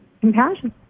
compassion